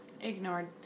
Ignored